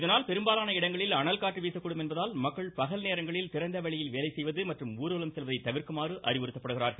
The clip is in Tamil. இதனால் பெரும்பாலான இடங்களில் அனல்காற்று வீசக்கூடும் என்பதால் மக்கள் பகல் நேரங்களில் திறந்தவெளியில் வேலை செய்வது மற்றும் ஊர்வலம் செல்வதை தவிர்க்குமாறு அறிவுறுத்தப்படுகிறார்கள்